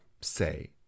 say